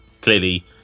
clearly